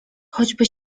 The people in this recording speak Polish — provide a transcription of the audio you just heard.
choćby